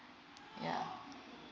yeah